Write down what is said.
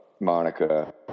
Monica